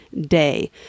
day